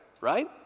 Right